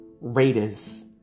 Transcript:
Raiders